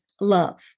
love